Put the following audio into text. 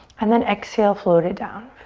and then exhale, float it down.